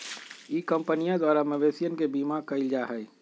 ई कंपनीया द्वारा मवेशियन के बीमा कइल जाहई